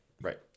Right